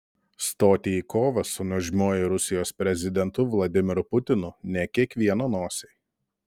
stoti į kovą su nuožmiuoju rusijos prezidentu vladimiru putinu ne kiekvieno nosiai